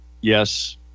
yes